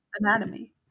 anatomy